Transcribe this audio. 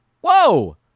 Whoa